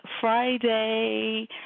Friday